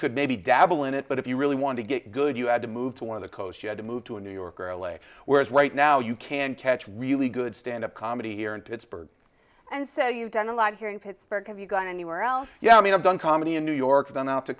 could maybe dabble in it but if you really want to get good you had to move to one of the coasts you had to move to a new york or l a whereas right now you can catch really good standup comedy here in pittsburgh and say you've done a lot here in pittsburgh have you got anywhere else yeah i mean i've done comedy in new york been out to